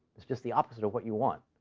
it's just the opposite of what you want.